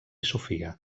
sofia